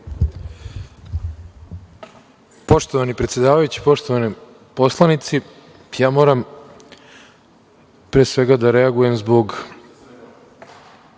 Poštovani predsedavajući, poštovani poslanici, ja moram, pre svega, da reagujem zbog